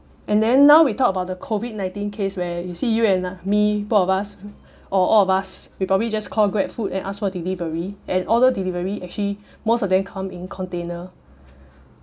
and then now we talk about the COVID nineteen case where you see you and me both of us or all of us we probably just call GrabFood and ask for delivery and all the delivery actually most of them come in container